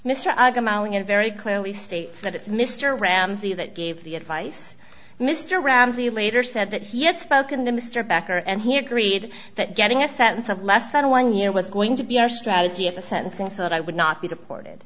a very it clearly states that it's mr ramsey that gave the advice mr ramsey later said that he had spoken to mr becker and he agreed that getting a sense of less than one year was going to be our strategy at the sentencing so that i would not be deported